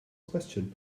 question